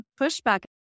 pushback